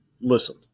listen –